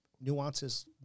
nuances